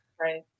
Right